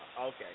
Okay